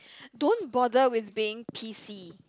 don't bother with being pissy